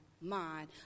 mind